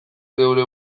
geure